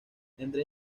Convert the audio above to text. entre